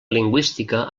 lingüística